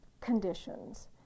conditions